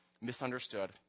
misunderstood